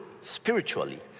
spiritually